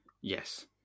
Yes